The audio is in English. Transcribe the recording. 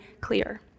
clear